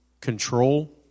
control